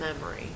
memory